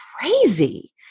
crazy